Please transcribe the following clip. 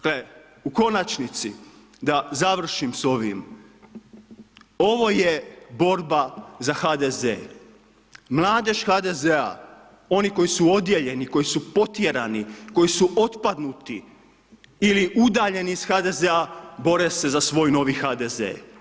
To je u konačnici da završim s ovim, ovo je borba za HDZ mladež HDZ-a oni koji su odijeljeni, koji su potjerani, koji su otpadnuti ili udaljeni iz HDZ-a bore se za svoj novi HDZ.